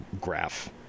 graph